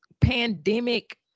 pandemic